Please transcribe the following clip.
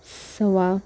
सवा